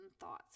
thoughts